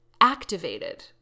activated